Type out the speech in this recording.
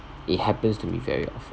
it happens to me very often